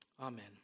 Amen